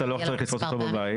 אתה לא צריך לתפוס אותו בבית.